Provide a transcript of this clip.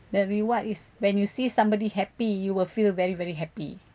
that reward is when you see somebody happy you will feel very very happy